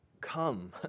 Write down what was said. come